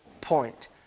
point